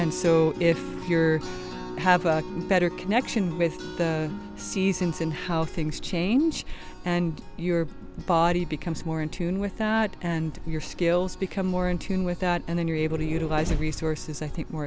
and so if you're have a better connection with the seasons in how things change and your body becomes more in tune with and your skills become more in tune with that and then you're able to utilize the resources i think more